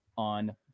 on